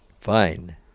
fine